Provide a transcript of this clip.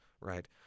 right